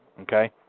Okay